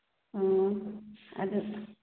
ꯑ ꯑꯗꯨ